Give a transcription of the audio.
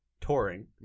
touring